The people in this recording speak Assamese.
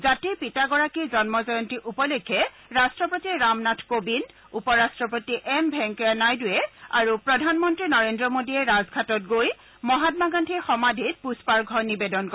জাতিৰ পিতা গৰাকীৰ জন্ম জয়ন্তী উপলক্ষে ৰাষ্ট্ৰপতি ৰামনাথ কোবিন্দ উপ ৰাষ্ট্ৰপতি এম ভেংকেয়া নাইডুৱে আৰু প্ৰধান মন্ত্ৰী নৰেন্দ্ৰ মোদীয়ে ৰাজঘাটত গৈ মহাম্মা গান্ধীৰ সমাধিত পুস্পাৰ্ঘ্য নিবেদন কৰে